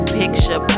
picture